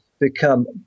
become